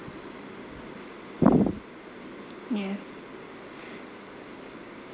yes